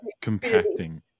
compacting